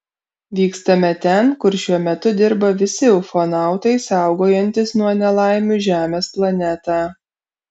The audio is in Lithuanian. vykstame ten kur šiuo metu dirba visi ufonautai saugojantys nuo nelaimių žemės planetą